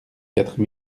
quatre